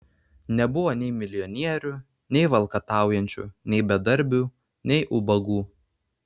nebuvo nei milijonierių nei valkataujančių nei bedarbių nei ubagų